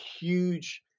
huge